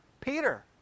Peter